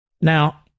Now